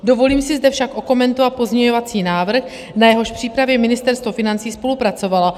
Dovolím si zde však okomentovat pozměňovací návrh, na jehož přípravě Ministerstvo financí spolupracovalo.